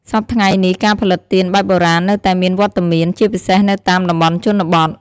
សព្វថ្ងៃនេះ ការផលិតទៀនបែបបុរាណនៅតែមានវត្តមាន ជាពិសេសនៅតាមតំបន់ជនបទ។